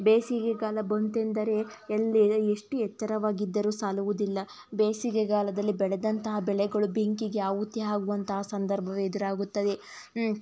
ಬೇಸಿಗೆಗಾಲ ಬಂತೆಂದರೆ ಎಲ್ಲಿ ಎಷ್ಟು ಎಚ್ಚರವಾಗಿದ್ದರೂ ಸಾಲುವುದಿಲ್ಲ ಬೇಸಿಗೆಗಾಲದಲ್ಲಿ ಬೆಳೆದಂತಹ ಬೆಳೆಗಳು ಬೆಂಕಿಗೆ ಆಹುತಿಯಾಗುವಂತಹ ಸಂದರ್ಭವು ಎದುರಾಗುತ್ತದೆ